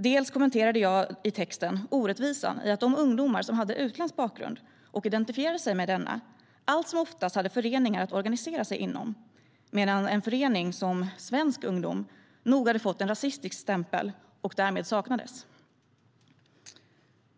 Det